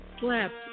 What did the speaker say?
slept